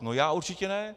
No já určitě ne.